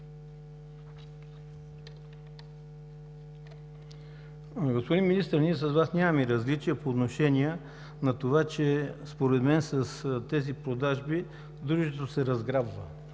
Господин Министър, ние с Вас нямаме различия по отношение на това, че според мен с тези продажби Дружеството се разграбва